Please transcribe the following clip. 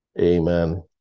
Amen